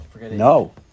No